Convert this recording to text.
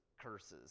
curses